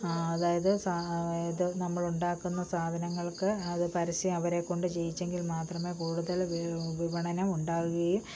അതായത് ഇത് നമ്മളുണ്ടാക്കുന്ന സാധനങ്ങൾക്ക് അത് പരസ്യം അവരെക്കൊണ്ട് ചെയ്യിച്ചെങ്കിൽ മാത്രമേ കൂടുതൽ വിപണനം ഉണ്ടാവുകയും